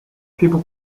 people